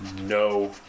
no